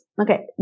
Okay